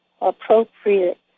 appropriate